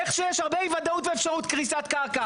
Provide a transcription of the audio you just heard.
איך שיש הרבה אי ודאות ואפשרות קריסת קרקע.